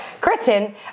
kristen